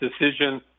decision